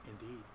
Indeed